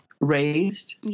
raised